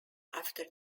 after